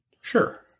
Sure